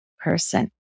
person